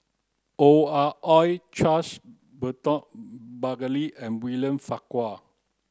Ong Ah Hoi Charles Burton Buckley and William Farquhar